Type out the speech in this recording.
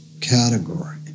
category